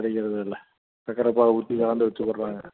கிடைக்கிறதில்ல சக்கரை பாகு ஊற்றி கலந்து வெச்சு விட்றாங்க